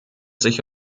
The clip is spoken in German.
sich